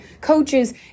coaches